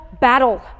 battle